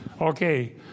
Okay